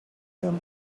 him